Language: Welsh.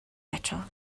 eto